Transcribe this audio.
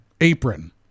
apron